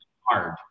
hard